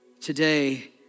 today